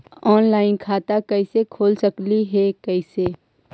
Online खाता कैसे खोल सकली हे कैसे?